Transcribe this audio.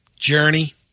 Journey